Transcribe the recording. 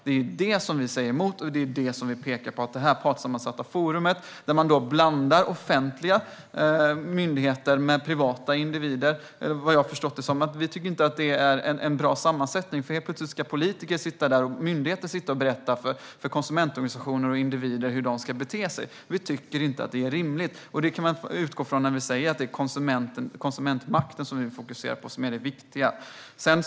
Detta är vi emot, och vi pekar på att det partssammansatta forumet, där offentliga myndigheter blandas med privata individer, inte är en bra sammansättning. Helt plötsligt ska politiker och myndigheter sitta och berätta för konsumentorganisationer och individer hur de ska bete sig. Det är inte rimligt. Det viktiga för oss är att man fokuserar på konsumentmakten.